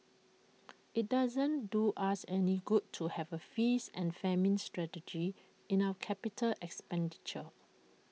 IT doesn't do us any good to have A feast and famine strategy in our capital expenditure